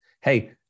Hey